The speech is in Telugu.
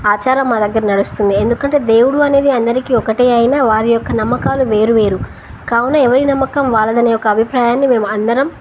ఆచారం మా దగ్గర నడుస్తుంది ఎందుకంటే దేవుడు అనేది అందరికీ ఒకటే అయినా వారి యొక్క నమ్మకాలు వేరు వేరు కావున ఎవరి నమ్మకం వాళ్ళదని యక్క అభిప్రాయాన్ని మేము అందరం